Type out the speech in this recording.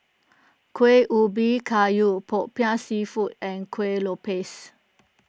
Kuih Ubi Kayu Popiah Seafood and Kueh Lopes